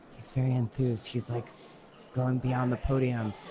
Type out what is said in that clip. he's very enthused. he's like gone beyond the podium.